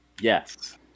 Yes